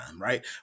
right